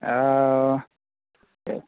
ᱚᱻ